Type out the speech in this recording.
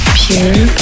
pure